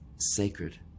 sacred